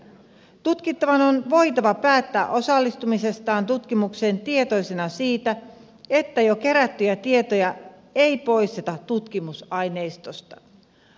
tutkittavan on voitava päättää osallistumisestaan tutkimukseen tietoisena siitä että jo kerättyjä tietoja ei poisteta tutkimusaineistosta